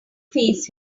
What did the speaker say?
face